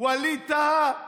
ווליד טאהא,